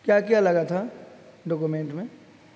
کیا کیا لگا تھا ڈاکومینٹ میں